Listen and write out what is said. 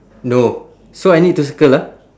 no so I need to circle ah